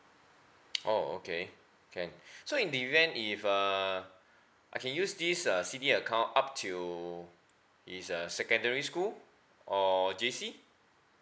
oh okay can so in the event if uh I can use this uh C_D_A account up to his uh secondary school or J_C